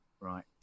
Right